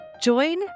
Join